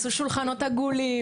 עשו שולחנות עגולים,